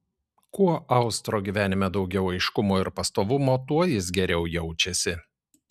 kuo austro gyvenime daugiau aiškumo ir pastovumo tuo jis geriau jaučiasi